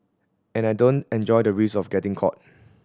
and I don't enjoy the risk of getting caught